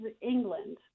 England